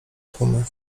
tłumy